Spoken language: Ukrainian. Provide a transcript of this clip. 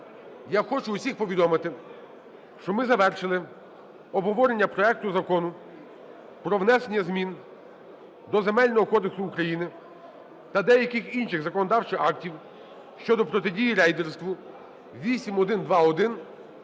я хочу всім повідомити, що ми завершили обговорення проекту Закону про внесення змін до Земельного кодексу України та деяких інших законодавчих актів щодо протидії рейдерству (8121).